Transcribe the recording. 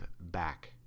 back